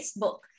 Facebook